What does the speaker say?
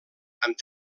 amb